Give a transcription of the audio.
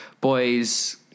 boys